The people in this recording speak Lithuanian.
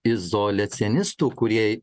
izoliacionistų kurie